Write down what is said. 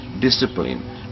discipline